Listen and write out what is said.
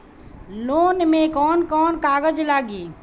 Loan में कौन कौन कागज लागी?